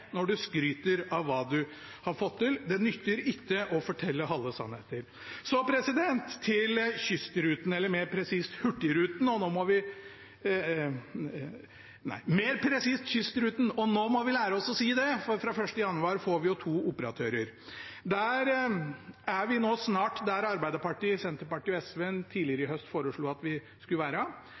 når du skyter av hva du har fått til. Det nytter ikke å fortelle halve sannheter. Så til Hurtigruten, eller mer presist Kystruten. Nå må vi lære oss å si det, for fra 1. januar får vi jo to operatører. Nå er vi snart der Arbeiderpartiet, Senterpartiet og SV tidligere i høst foreslo at vi skulle være.